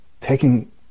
taking